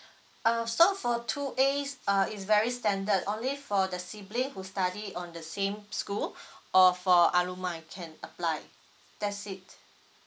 uh so for two A's uh it's very standard only for the sibling who study on the same school or for alumni can apply that's it